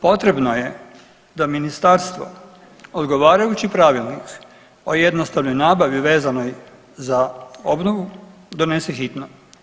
Potrebno je da ministarstvo odgovarajući Pravilnik o jednostavnoj nabavi vezanoj za obnovu donese hitno.